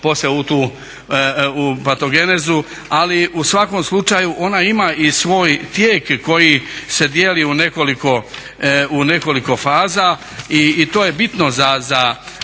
poslije u tu patogenezu ali u svakom slučaju ona ima i svoj tijek koji se dijeli u nekoliko faza i to je bitno za